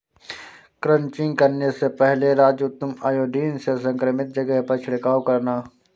crutching करने से पहले राजू तुम आयोडीन से संक्रमित जगह पर छिड़काव करना